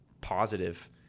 positive